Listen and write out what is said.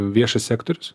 viešas sektorius